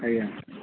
ଆଜ୍ଞା